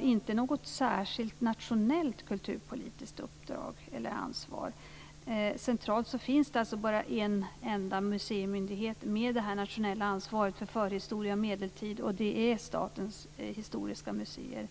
inte har något särskilt nationellt kulturpolitiskt uppdrag eller ansvar. Centralt finns det alltså bara en enda museimyndighet med nationellt ansvar för förhistoria och medeltid, och det är Statens historiska museum.